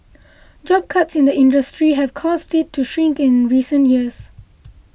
job cuts in the industry have caused it to shrink in recent years